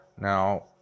Now